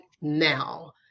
now